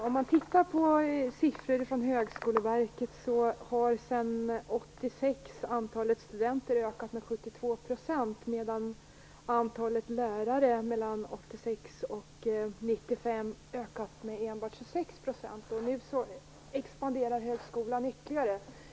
Om man tittar på siffror från Högskoleverket har antalet studenter sedan 1986 ökat med 72 % medan antalet lärare mellan 1986 och 1995 ökat med enbart 26 %. Nu expanderar högskolan ytterligare.